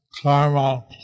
karma